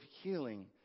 healing